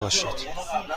باشد